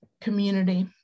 community